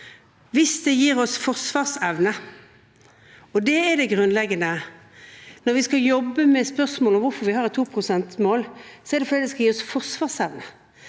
hvis det gir oss forsvarsevne. Det er det grunnleggende. Når vi skal jobbe med spørsmål om hvorfor vi har et 2-prosentmål, er det fordi det skal gi oss forsvarsevne,